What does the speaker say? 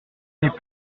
les